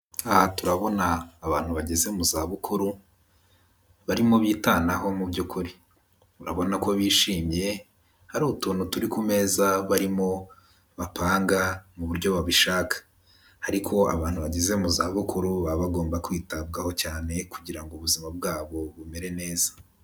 Aha turabona abantu bageze mu zabukuru barimo bitanaho muby'ukuri, urabona ko bishimye, hari utuntu turi ku meza barimo bapanga mu buryo babishaka ariko abantu bageze mu zabukuru baba bagomba kwitabwaho cyane kugira ngo ubuzima bwabo bumere neza.